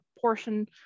portion